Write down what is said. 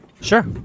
Sure